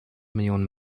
millionen